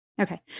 Okay